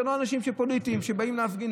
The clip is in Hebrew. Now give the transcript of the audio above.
אלה לא אנשים פוליטיים שבאים להפגין,